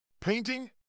Painting